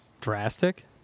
Drastic